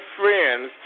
friends